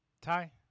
Ty